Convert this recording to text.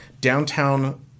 downtown